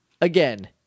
Again